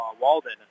Walden